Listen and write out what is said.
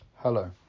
Hello